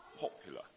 popular